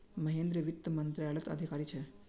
महेंद्र वित्त मंत्रालयत अधिकारी छे